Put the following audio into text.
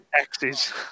exes